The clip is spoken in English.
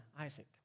Isaac